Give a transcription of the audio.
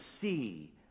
see